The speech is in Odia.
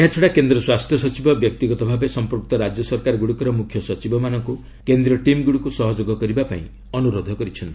ଏହାଛଡ଼ା କେନ୍ଦ୍ର ସ୍ୱାସ୍ଥ୍ୟ ସଚିବ ବ୍ୟକ୍ତିଗତ ଭାବେ ସଂପୃକ୍ତ ରାଜ୍ୟ ସରକାରଗୁଡ଼ିକର ମୁଖ୍ୟସଚିବମାନଙ୍କୁ କେନ୍ଦ୍ର ଟିମ୍ଗୁଡ଼ିକୁ ସହଯୋଗ କରିବା ପାଇଁ ଅନୁରୋଧ କରିଛନ୍ତି